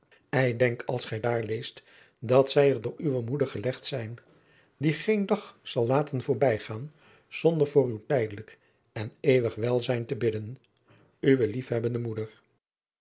ei denk als gij daar leest dat zij er door uwe moeder gelegd zijn die geen dag zal laten voorbijgaan zonder voor uw tijdelijk en eeuwig welzijn te bidden uwe liefhebbende moeder